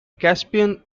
caspian